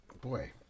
Boy